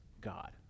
God